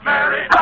Mary